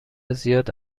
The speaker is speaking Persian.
زیاد